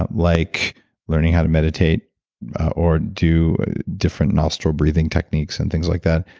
um like learning how to meditate or do different nostril breathing techniques and things like that,